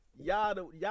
Y'all